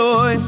Joy